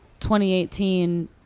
2018